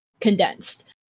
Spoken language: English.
condensed